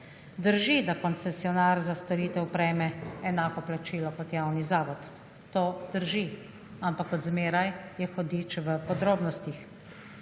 Drži, da koncesionar za storitev prejme enako plačilo kot javni zavod. To drži, ampak kot zmeraj je hudič v podrobnostih.